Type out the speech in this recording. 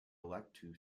elected